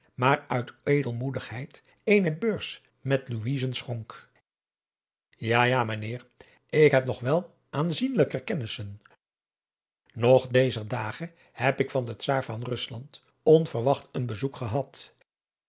maar uit edelmoedigheid eene beurs met louizen schpnk ja ja mijnheer ik heb nog wel aanzienlijker kennissen nog dezer dage heb ik van den czaar van rusland onverwacht een bezoek gehad